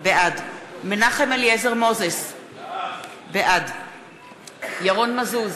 בעד מנחם אליעזר מוזס, בעד ירון מזוז,